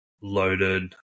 loaded